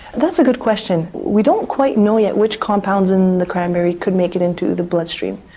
that's a good question. we don't quite know yet which compounds in the cranberry could make it into the bloodstream,